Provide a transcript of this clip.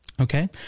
Okay